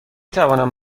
توانم